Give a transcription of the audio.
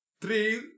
three